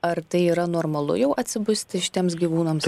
ar tai yra normalu jau atsibusti šitiems gyvūnams